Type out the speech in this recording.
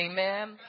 Amen